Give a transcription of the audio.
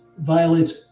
violates